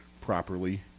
properly